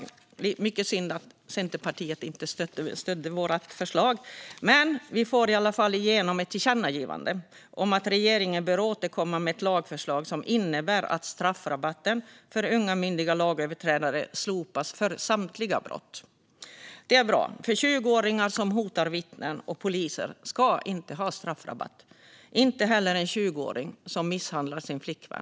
Det är mycket synd att Centerpartiet inte stödde vårt förslag. Men vi får i alla fall igenom ett tillkännagivande om att regeringen bör återkomma med ett lagförslag som innebär att straffrabatten för unga myndiga lagöverträdare slopas för samtliga brott. Det är bra, för 20-åringar som hotar vittnen och poliser ska inte ha straffrabatt, inte heller en 20-åring som misshandlar sin flickvän.